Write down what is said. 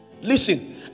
listen